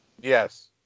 Yes